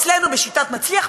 אצלנו בשיטת "מצליח",